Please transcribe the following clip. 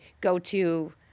go-to